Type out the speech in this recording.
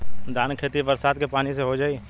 धान के खेती बरसात के पानी से हो जाई?